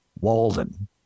Walden